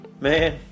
Man